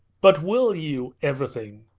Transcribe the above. but will you? everything.